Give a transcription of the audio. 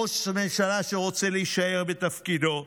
ראש ממשלה שרוצה להישאר בתפקידו,